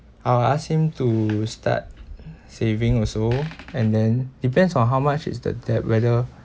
I'll ask him to start saving also and then depends on how much is the debt whether